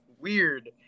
Weird